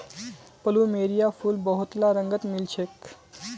plumeria फूल बहुतला रंगत मिल छेक